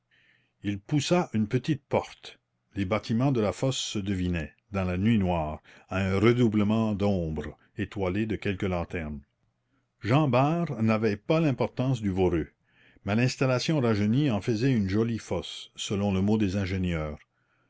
il poussa une petite porte les bâtiments de la fosse se devinaient dans la nuit noire à un redoublement d'ombre étoilé de quelques lanternes jean bart n'avait pas l'importance du voreux mais l'installation rajeunie en faisait une jolie fosse selon le mot des ingénieurs